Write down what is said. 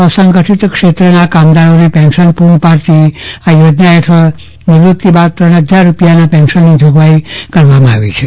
અસંગઠીત ક્ષેત્રના કામદારોને પેન્શન પુરું પાડતી આ યોજના હેઠવ નિવૂતિ બાદ ત્રણ હજાર રૂપિયાના પેન્શનની જોગવાઇ કરવામાં આવી છે